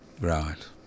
Right